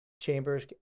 chambers